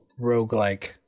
roguelike